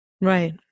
Right